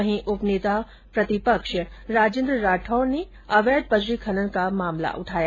वहीं उपनेता प्रतिदिन राजेंद्र राठौड़ ने अवैध बजरी खनन का मामला उठाया